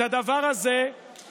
את הדבר הזה, די להסית.